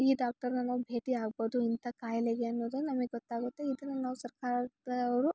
ಈ ಡಾಕ್ಟರ್ನ ನಾವು ಭೇಟಿಯಾಗ್ಬೋದು ಇಂಥ ಕಾಯಿಲೆಗೆ ಅನ್ನೋದು ನಮಗೆ ಗೊತ್ತಾಗುತ್ತೆ ಇದನ್ನ ನಾವು ಸರ್ಕಾರದವರು